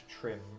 trim